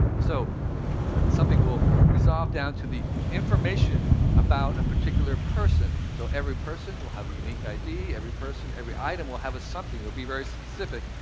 so something will will resolve down to the information about a particular person, so every person will have a unique id. every person, every item will have a something that will be very specific,